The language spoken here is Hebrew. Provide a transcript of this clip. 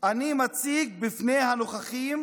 אני מציג בפני הנוכחים